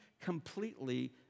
completely